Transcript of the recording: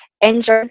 enjoy